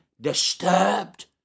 disturbed